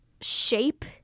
shape